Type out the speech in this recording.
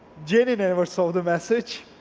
jenny never saw the message,